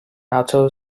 naoto